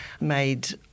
made